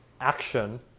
action